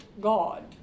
God